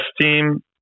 team